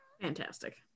Fantastic